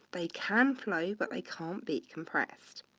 they can float, but they can't be compressed.